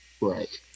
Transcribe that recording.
Right